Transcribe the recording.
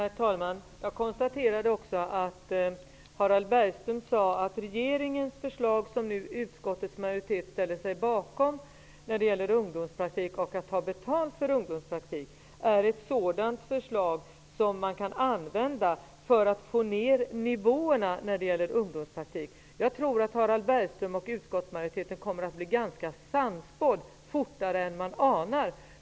Herr talman! Jag konstaterade också att Harald Bergström sade att regeringens förslag om att ta betalt för ungdomspraktikplatser, som utskottets majoritet nu ställer sig bakom, är ett förslag som man kan använda för att få ner nivåerna när det gäller ungdomspraktik. Jag tror att Harald Bergström och utskottsmajoriteten kommer att bli sannspådda fortare än man anar.